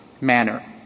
manner